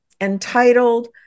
entitled